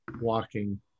walking